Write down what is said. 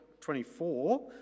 24